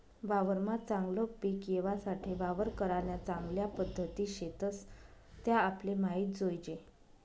वावरमा चागलं पिक येवासाठे वावर करान्या चांगल्या पध्दती शेतस त्या आपले माहित जोयजे